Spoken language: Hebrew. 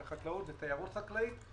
חקלאות ותיירות חקלאית.